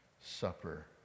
Supper